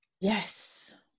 yes